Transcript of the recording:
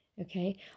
okay